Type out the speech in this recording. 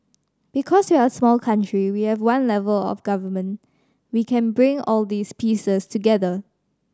because we're a small country we have one level of Government we can bring all these pieces together